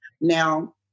Now